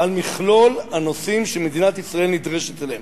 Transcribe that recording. על מכלול הנושאים שמדינת ישראל נדרשת אליהם.